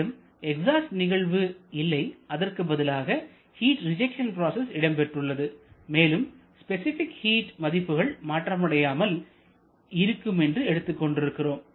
மேலும் எக்ஸாஸ்ட் நிகழ்வு இல்லை அதற்கு பதிலாக ஹிட் ரிஜெக்ஷன் பிராசஸ் இடம்பெற்றுள்ளது மேலும் ஸ்பெசிபிக் ஹீட் மதிப்புகள் மாற்றமடையாமல் இருக்குமென்றும் எடுத்துக் கொண்டிருக்கிறோம்